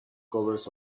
covers